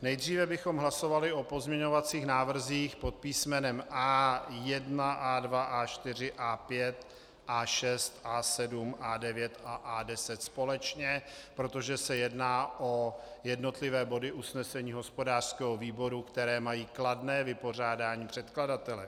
Nejdříve bychom hlasovali o pozměňovacích návrzích pod písmenem A1, A2, A4, A5, A6, A7, A9 a A10 společně, protože se jedná o jednotlivé body usnesení hospodářského výboru, které mají kladné vypořádání předkladatele.